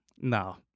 no